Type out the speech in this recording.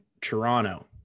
Toronto